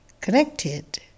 connected